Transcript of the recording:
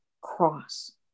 cross